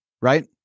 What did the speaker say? right